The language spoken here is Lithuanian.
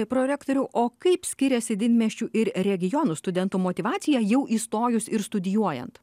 prorektoriau o kaip skiriasi didmiesčių ir regionų studentų motyvacija jau įstojus ir studijuojant